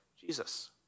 Jesus